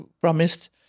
promised